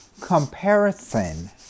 Comparison